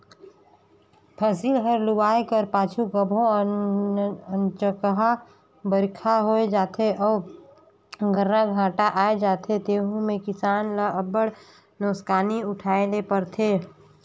फसिल हर लुवाए कर पाछू कभों अनचकहा बरिखा होए जाथे अउ गर्रा घांटा आए जाथे तेहू में किसान ल अब्बड़ नोसकानी उठाए ले परथे